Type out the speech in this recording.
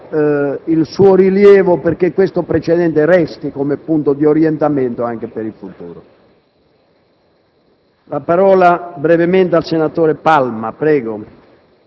finestra"). Consapevolmente sottolineo il suo rilievo perché questo precedente resti come punto di orientamento anche per il futuro.